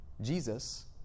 Jesus